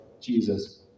Jesus